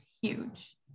huge